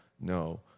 No